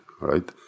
right